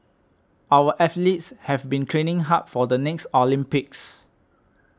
our athletes have been training hard for the next Olympics